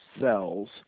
cells